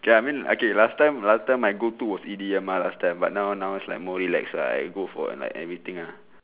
okay I mean okay last time last time my go to was E_D_M mah last time but now now is like more relaxed ah I go for like everything uh